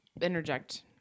interject